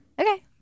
Okay